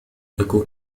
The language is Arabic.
تكون